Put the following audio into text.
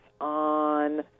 on